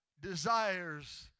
desires